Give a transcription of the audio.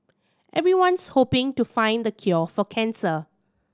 everyone's hoping to find the cure for cancer